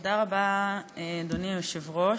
תודה רבה, אדוני היושב-ראש,